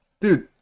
dude